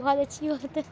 بہت اچھی بات ہے